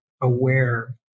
aware